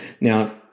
Now